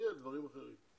יהיה גם לדברים אחרים.